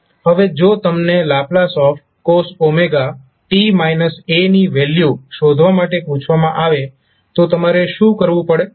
હવે જો તમને ℒ cos ની વેલ્યુ શોધવા માટે પૂછવામાં આવે તો તમારે શું કરવું પડે